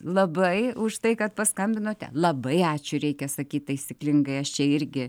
labai už tai kad paskambinote labai ačiū reikia sakyt taisyklingai aš čia irgi